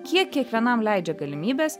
kiek kiekvienam leidžia galimybės